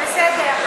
בסדר.